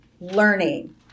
learning